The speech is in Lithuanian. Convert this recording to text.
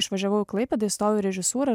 išvažiavau į klaipėdą įstojau į režisūrą